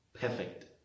perfect